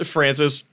Francis